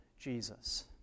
Jesus